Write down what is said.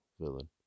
villain